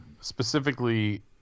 specifically